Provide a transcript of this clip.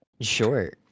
Sure